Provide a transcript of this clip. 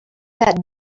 that